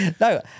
No